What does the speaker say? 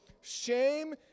shame